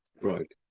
Right